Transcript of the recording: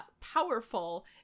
powerful